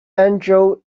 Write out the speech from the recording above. angel